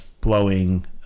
blowing